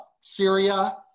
Syria